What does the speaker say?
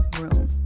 room